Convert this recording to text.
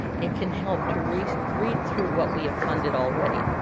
it can help to read read through what we have funded already.